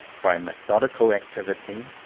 by methodical activity,